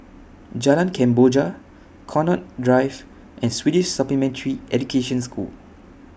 Jalan Kemboja Connaught Drive and Swedish Supplementary Education School